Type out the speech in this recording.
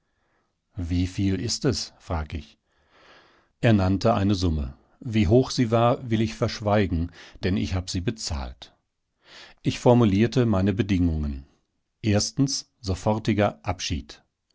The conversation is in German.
viel ist es frag ich er nannte eine summe wie hoch sie war will ich verschweigen denn ich hab sie bezahlt ich formulierte meine bedingungen erstens sofortiger abschied